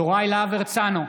יוראי להב הרצנו,